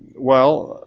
well,